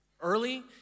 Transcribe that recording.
Early